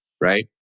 right